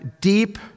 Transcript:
deep